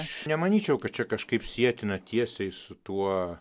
aš nemanyčiau kad čia kažkaip sietina tiesiai su tuo